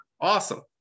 awesome